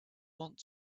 want